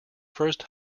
first